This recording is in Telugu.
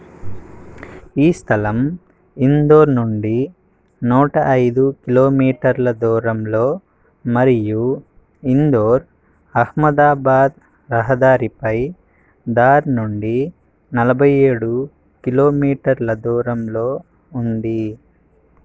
ఈ స్థలం ఇండోర్ నుండి నూట ఐదు కిలోమీటర్ల దూరంలో మరియు ఇండోర్ అహ్మదాబాదు రహదారిపై ధార్ నుండి నలభై ఏడు కిలోమీటర్ల దూరంలో ఉంది